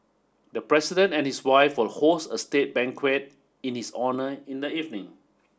the president and his wife will host a state banquet in his honour in the evening